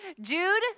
Jude